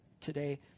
today